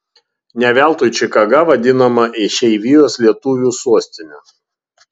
ne veltui čikaga vadinama išeivijos lietuvių sostine